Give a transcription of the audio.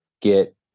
get